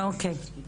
אוקי.